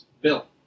Bill